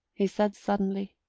he said suddenly,